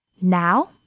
Now